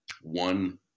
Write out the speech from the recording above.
one